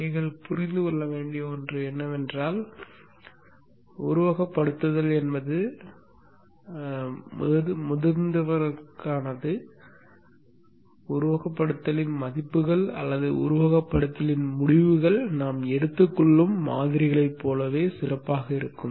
நீங்கள் புரிந்து கொள்ள வேண்டிய ஒன்று என்னவென்றால் உருவகப்படுத்துதல் என்பது முதிர்ந்தவர்களுக்கானது உருவகப்படுத்துதலின் மதிப்புகள் அல்லது உருவகப்படுத்துதலின் முடிவுகள் நாம் எடுத்துக்கொள்ளும் மாதிரிகளைப் போலவே சிறப்பாக இருக்கும்